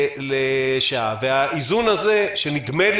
התחושה,